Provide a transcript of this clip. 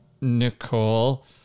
Nicole